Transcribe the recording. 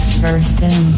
person